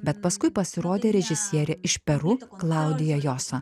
bet paskui pasirodė režisierė iš peru klaudija josa